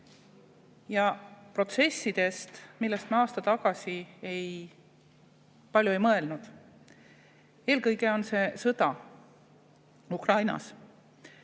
ja protsessidest, millest me aasta tagasi palju ei mõelnud. Eelkõige pean silmas sõda Ukrainas,